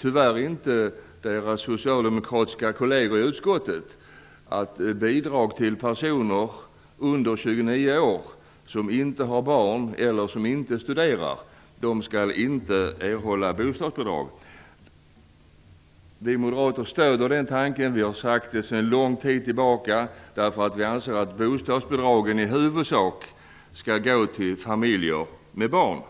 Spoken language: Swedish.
tyvärr inte de socialdemokratiska kollegerna i utskottet, att personer under 29 år som inte har barn eller som inte studerar inte skall erhålla bostadsbidrag. Vi moderater stöder den tanken. Detta har vi sagt sedan lång tid tillbaka. Vi anser nämligen att bostadsbidragen i huvudsak skall gå till familjer med barn.